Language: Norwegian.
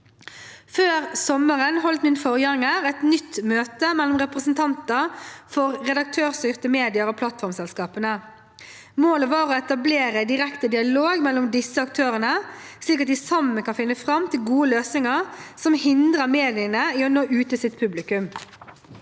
Før sommeren holdt min forgjenger et nytt møte mellom representanter for redaktørstyrte medier og plattformselskapene. Målet var å etablere direkte dialog mellom disse aktørene, slik at de sammen kan finne fram til gode løsninger som ikke hindrer mediene i å nå ut til sitt publikum.